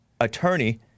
attorney